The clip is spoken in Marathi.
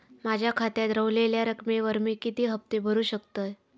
माझ्या खात्यात रव्हलेल्या रकमेवर मी किती हफ्ते भरू शकतय?